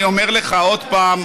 אני אומר לך עוד פעם,